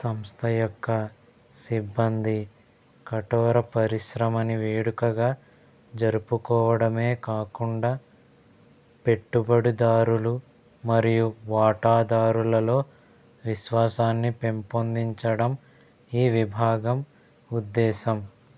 సంస్థ యొక్క సిబ్బంది కఠోర పరిశ్రమని వేడుకగా జరుపుకోవడమే కాకుండా పెట్టుబడిదారులు మరియు వాటాదారులలో విశ్వాసాన్ని పెంపొందించడం ఈ విభాగం ఉద్దేశం